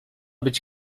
być